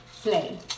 Play